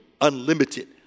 Unlimited